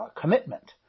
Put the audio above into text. commitment